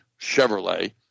Chevrolet